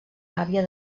gàbia